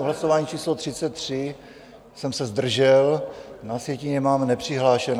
U hlasování číslo 33 jsem se zdržel, na sjetině mám nepřihlášen.